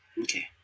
okay